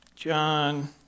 John